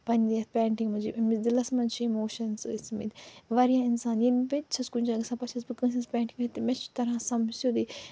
پَنٕنہِ یتھ پینٹِنٛگ مَنٛز یِم أمِس دِلس مَنٛز چھِ اِموشَنٕز ٲسۍمٕتۍ واریاہ انسان ییٚلہِ بہٕ تہِ چھَس کُنہِ جایہِ گَژھان پَتہٕ چھَس بہٕ کٲنٛسہِ ہٕنٛز پینٹِنٛگ وُچھان مےٚ چھُ تَران سمجھ سیوٚدُے